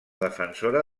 defensora